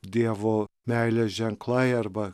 dievo meilės ženklai arba